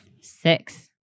Six